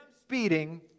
speeding